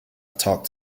talked